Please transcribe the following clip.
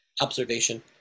observation